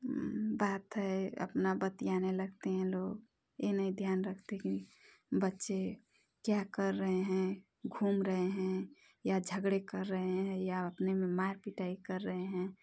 बात है अपना बतियाने लगते हैं लोग यह नहीं ध्यान रखते हैं कि बच्चे क्या कर रहे हैं घूम रहे हैं या झगड़े कर रहे हैं या अपने में मार पिटाई कर रहे हैं